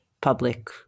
public